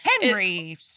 Henry